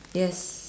yes